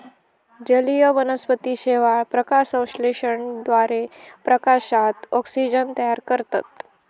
जलीय वनस्पती शेवाळ, प्रकाशसंश्लेषणाद्वारे प्रकाशात ऑक्सिजन तयार करतत